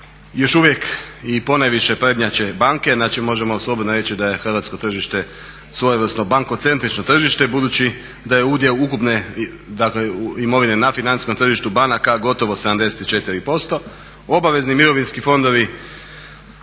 još uvijek i ponajviše prednjače banke. Znači, možemo slobodno reći da je hrvatsko tržište svojevrsno bankocentrično tržište budući da je udio ukupne dakle imovine na financijskom tržištu banaka gotovo 74%. Obavezni mirovinski fondovi